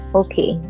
okay